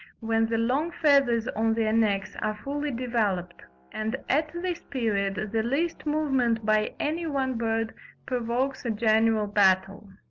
when the long feathers on their necks are fully developed and at this period the least movement by any one bird provokes a general battle.